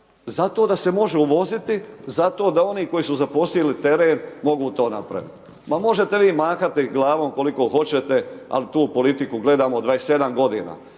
Zato da se može uvoziti, zato da oni koji su zaposlili teren mogu to napraviti. Ma možete vi mahati glavom koliko hoćete ali tu politiku gledamo 27 g.